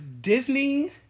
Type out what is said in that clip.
Disney